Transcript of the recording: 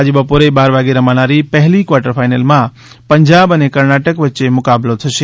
આજે બપોરે બાર વાગે રમાનારી પહેલી ક્વાર્ટર ફાઇનલમાં પંજાબ અને કર્ણાટક વચ્ચે મુકાબલો થશે